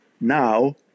Now